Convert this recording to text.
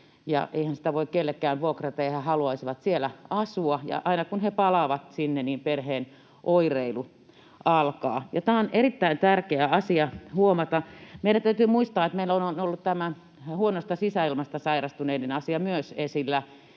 eihän sitä voi kellekään vuokrata. He haluaisivat siellä asua, ja aina, kun he palaavat sinne, niin perheen oireilu alkaa, ja tämä on erittäin tärkeä asia huomata. Meidän täytyy muistaa, että meillä on ollut tämä huonosta sisäilmasta sairastuneiden asia myös esillä,